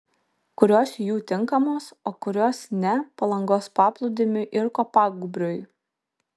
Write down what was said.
kurios jų tinkamos o kurios ne palangos paplūdimiui ir kopagūbriui